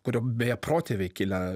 kurio beje protėviai kilę